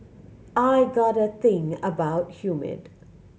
I got a thing about humid